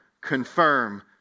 confirm